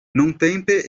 nuntempe